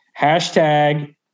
Hashtag